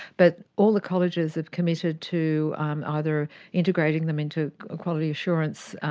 but all the colleges have committed to either integrating them into quality assurance,